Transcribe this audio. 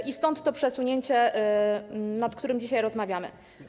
I stąd to przesunięcie, o którym dzisiaj rozmawiamy.